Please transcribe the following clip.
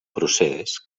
procés